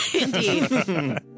indeed